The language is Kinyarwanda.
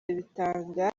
bitanga